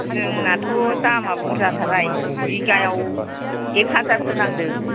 जोंनाथ' दामा बुरजाथारहाय बिगायाव एक हाजार होनांदों